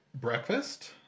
breakfast